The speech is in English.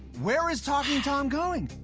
where's talking tom going?